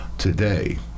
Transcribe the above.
today